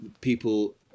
people